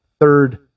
third